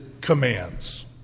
commands